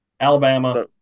Alabama